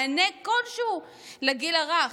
מענה כלשהו לגיל הרך,